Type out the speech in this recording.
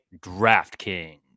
DraftKings